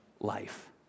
life